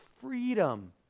freedom